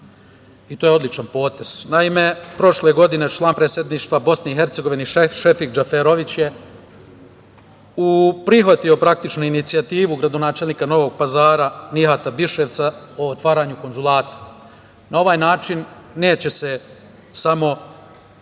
i to je odličan potez. Naime, prošle godine član Predsedništva BiH Šefik Džeferović je prihvatio praktično inicijativu gradonačelnika Novog Pazara Nihata Biševca o otvaranju konzulata. Na ovaj način neće se samo